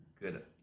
good